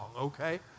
okay